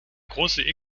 große